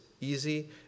easy